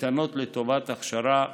קייטנות לטובת הכשרה ותעסוקה.